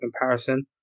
comparison